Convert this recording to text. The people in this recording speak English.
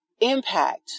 impact